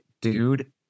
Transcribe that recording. dude